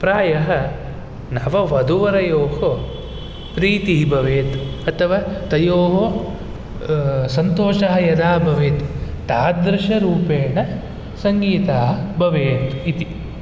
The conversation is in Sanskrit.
प्रायः नववधूवरयोः प्रीतिः भवेत् अथवा तयोः सन्तोषः यथा भवेत् तादृशरूपेण सङ्गीताः भवेयुः इति